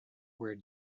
were